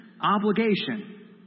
obligation